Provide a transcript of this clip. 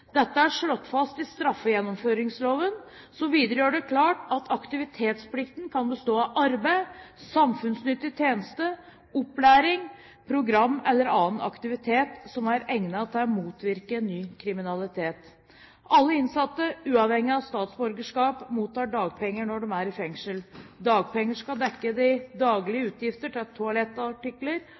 Dette er slått fast i straffegjennomføringsloven, som videre gjør det klart at aktivitetsplikten kan bestå av arbeid, samfunnsnyttig tjeneste, opplæring, program eller annen aktivitet som er egnet til å motvirke ny kriminalitet. Alle innsatte, uavhengig av statsborgerskap, mottar dagpenger når de er i fengsel. Dagpengene skal dekke de daglige utgifter til toalettartikler